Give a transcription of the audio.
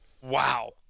Wow